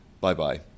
bye-bye